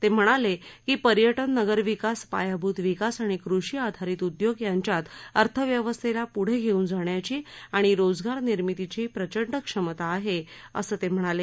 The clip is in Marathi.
ते म्हणाले की पर्यटन नगरविकास पाय़ाभूत विकास आणि कृषी आधारित उद्योग यांच्यात अर्थव्यवस्थेला पुढे घेऊन जाण्याची आणि रोजगार निर्मितीची प्रचंड क्षमता आहे असंही ते म्हणाले